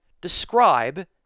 describe